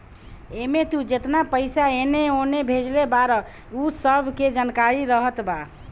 एमे तू जेतना पईसा एने ओने भेजले बारअ उ सब के जानकारी रहत बा